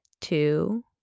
two